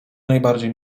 najbardziej